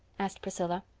asked priscilla.